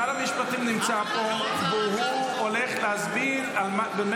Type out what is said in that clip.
שר המשפטים נמצא פה והוא יסביר על מה